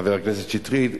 חבר הכנסת שטרית,